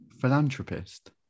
Philanthropist